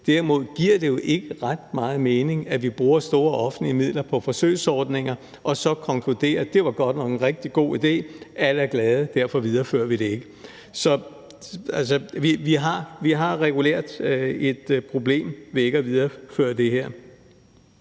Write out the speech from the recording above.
derimod ikke giver ret meget mening, at vi bruger store offentlige midler på forsøgsordninger og vi så konkluderer, at det godt nok var en rigtig god idé, at alle er glade, og at vi derfor ikke viderefører det. Så vi har altså regulært et problem ved ikke at videreføre det her.